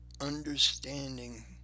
understanding